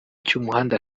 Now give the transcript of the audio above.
cy’umuhanda